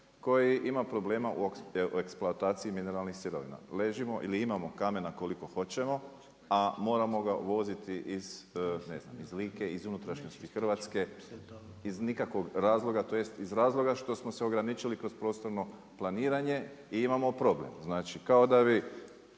koji ima problema u eksploataciji mineralnih sirovina. Ležimo ili imamo kamena koliko hoćemo, a moramo ga uvoziti iz, ne znam iz Like, iz unutrašnjosti Hrvatske, iz nikakvog razloga, tj. iz razloga što smo se ograničili kroz prostorno planiranje i imamo problem. Znači kao da bi